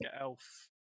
elf